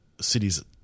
cities